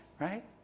right